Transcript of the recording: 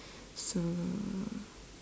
so